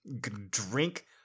drink